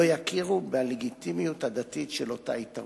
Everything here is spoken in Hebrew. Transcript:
לא יכירו בלגיטימיות הדתית של אותה התערבות.